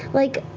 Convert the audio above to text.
like,